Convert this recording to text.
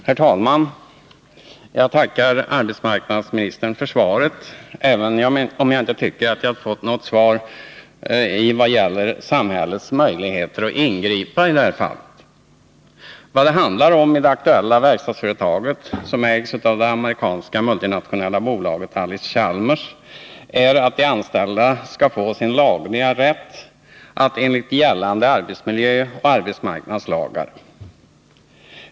Herr talman! Jag tackar arbetsmarknadsministern för svaret, även om jag inte tycker att jag fått något svar vad gäller samhällets möjligheter att ingripa i det här fallet. Vad det handlar om inom det aktuella verkstadsföretaget, som ägs av det amerikanska multinationella bolaget Allis Chalmers, är om de anställda skall få sin lagliga rätt enligt gällande arbetsmiljöoch arbetsmarknadslagar.